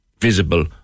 visible